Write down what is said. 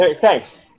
Thanks